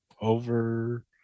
over